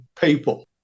people